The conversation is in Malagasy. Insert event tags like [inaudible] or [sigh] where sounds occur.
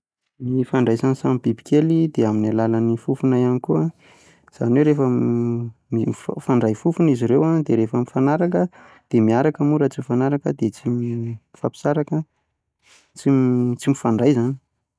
Ny ifandraisan'ny samy bibikely dia amin'ny alalan'ny fofona ihany koa. Izany hoe rehefa mif- mifandray fofona izy ireo an dia rehefa mifanaraka, dia miaraka, moa rehefa tsy mifanaraka dia tsy m, [hesitation] mifandray izany.